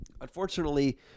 unfortunately